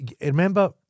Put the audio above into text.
Remember